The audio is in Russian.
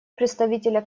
представителя